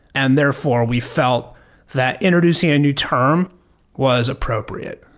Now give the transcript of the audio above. and therefore, we felt that introducing a new term was appropriate.